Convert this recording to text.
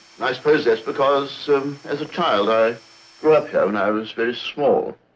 and i suppose that's because as a child i grew up here when i was very small.